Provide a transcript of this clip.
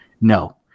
No